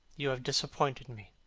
you have disappointed me.